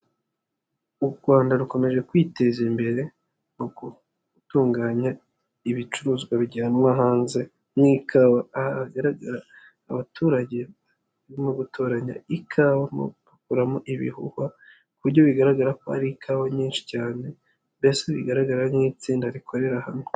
U Rwanda rukomeje kwiteza imbere mu gutunganya ibicuruzwa bijyanwa hanze nk'ikawa. Aha hagaragara abaturage baririmo gutoranya ikawa, bakuramo ibihuhwa ku buryo bigaragara ko hari ikawa nyinshi cyane, mbese bigaragara nk'itsinda rikorera hamwe.